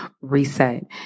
reset